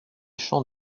champs